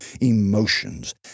emotions